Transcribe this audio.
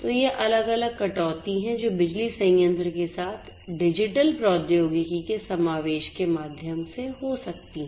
तो ये अलग अलग कटौती हैं जो बिजली संयंत्र के साथ डिजिटल प्रौद्योगिकी के समावेश के माध्यम से हो सकती हैं